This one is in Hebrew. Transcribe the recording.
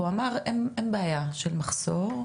והוא אמר אין בעיה של מחסור,